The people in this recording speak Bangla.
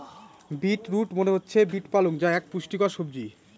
বিট রুট মনে হচ্ছে বিট পালং যা এক পুষ্টিকর সবজি